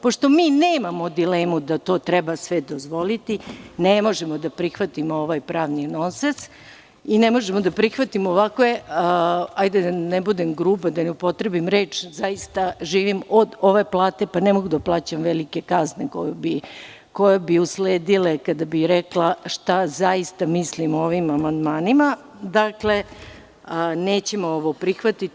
Pošto mi nemamo dilemu da to treba sve dozvoliti, ne možemo da prihvatimo ovaj pravni nonsens i ne možemo da prihvatimo ovakve, hajde da ne budem gruba, da ne upotrebim reč, zaista živim od ove plate, pa ne mogu da plaćam velike kazne koje bi usledile kada bih rekla šta zaista mislim o ovim amandmanima, dakle, nećemo ovo prihvatiti.